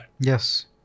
Yes